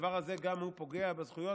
הדבר הזה גם הוא פוגע בזכויות,